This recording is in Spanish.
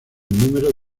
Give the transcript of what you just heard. número